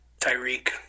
Tyreek